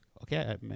okay